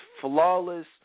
flawless